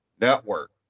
Network